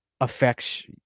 affects